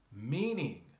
meaning